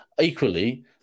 equally